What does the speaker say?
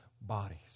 bodies